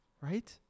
right